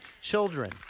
Children